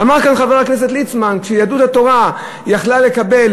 אמר כאן חבר הכנסת ליצמן: כשיהדות התורה יכלה לקבל